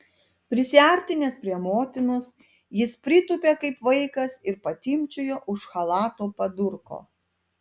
prisiartinęs prie motinos jis pritūpė kaip vaikas ir patimpčiojo už chalato padurko